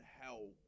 hell